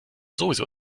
sowieso